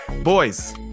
boys